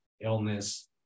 illness